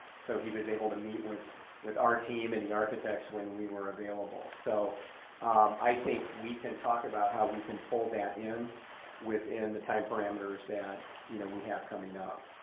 so he was able to meet with with our team and the architects when we weren't available. so um i i think we can talk about how we can fold that in within the time parameters that you know we have coming up.